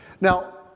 Now